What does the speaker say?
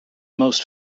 most